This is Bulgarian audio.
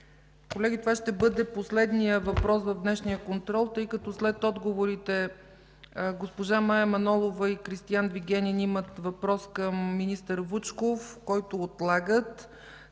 Колеги, това ще бъде последният въпрос в днешния контрол, тъй като след отговорите, госпожа Мая Манолова и Кристиан Вигенин имат въпрос към министър Вучков, който отлагат.